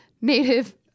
Native